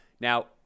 Now